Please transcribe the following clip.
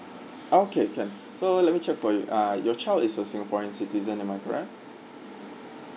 okay can so let me check for you ah your child is a singaporean citizen am I correct